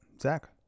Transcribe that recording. Zach